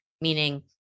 Meaning